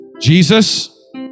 Jesus